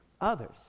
others